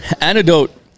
Antidote